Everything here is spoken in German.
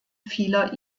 vieler